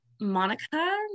Monica